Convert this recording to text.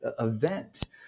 event